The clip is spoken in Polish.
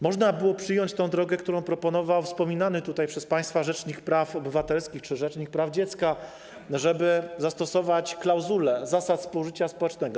Można było przyjąć drogę, którą proponował wspominany tutaj przez państwa rzecznik praw obywatelskich czy rzecznik praw dziecka, czyli zastosować klauzulę zasad współżycia społecznego.